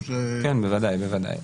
כן, בוודאי, בוודאי.